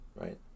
right